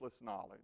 knowledge